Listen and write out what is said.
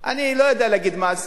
אני לא יודע להגיד מה אעשה,